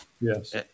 Yes